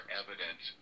evidence